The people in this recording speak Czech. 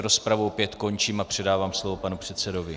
Rozpravu opět končím a předávám slovo panu předsedovi.